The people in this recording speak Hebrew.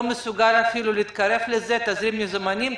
לא מסוגל אפילו להתקרב לזה: תזרים מזומנים,